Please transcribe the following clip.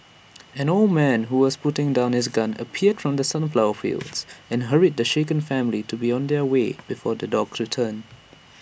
an old man who was putting down his gun appeared from the sunflower fields and hurried the shaken family to be on their way before the dogs return